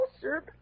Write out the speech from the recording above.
sir